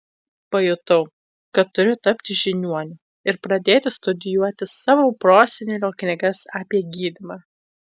pajutau kad turiu tapti žiniuoniu ir pradėti studijuoti savo prosenelio knygas apie gydymą